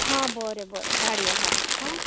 हां बरें बरें धाडया होय हां